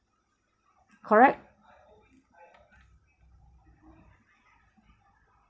correct